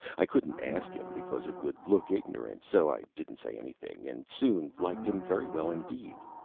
i couldn't ask him, because it would look ignorant. so i didn't say anything, and soon liked him very well indeed.